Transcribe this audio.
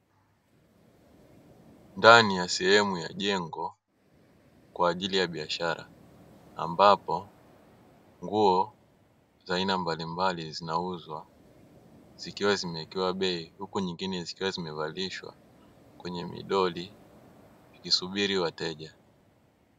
Ndani ya sehemu ya jengo kwa ajili ya biashara ambapo nguo za aina mbalimbali zinauzwa, zikiwa zimewekewa bei huku nyingine zikiwa zimevalishwa kwenye midoli zikisubiri wateja.